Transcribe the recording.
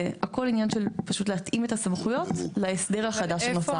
זה הכל עניין של להתאים את הסמכויות להסדר החדש שיצרנו.